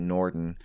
Norton